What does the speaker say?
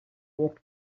walked